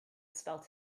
spelt